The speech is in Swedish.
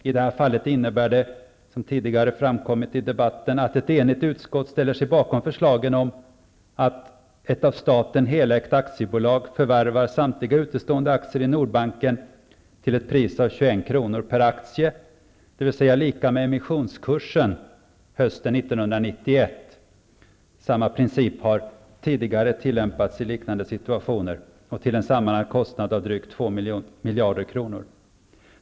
I det här fallet innebär det, som tidigare framkommit i debatten, att ett enigt utskott ställer sig bakom förslaget att ett av staten helägt aktiebolag förvärvar samtliga utestående aktier i Nordbanken till ett pris av 21 kr. per aktie, dvs. lika med emissionskursen hösten 1991, till en sammanlagd kostnad av 2 050 milj.kr. Samma princip har tillämpats tidigare i liknande situationer.